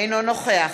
אינו נוכח